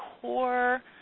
core